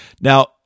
Now